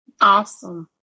Awesome